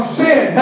sin